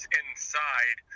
inside